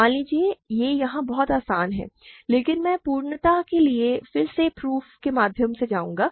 मान लीजिए यह यहां बहुत आसान है लेकिन मैं पूर्णता के लिए फिर से प्रूफ के माध्यम से जाऊंगा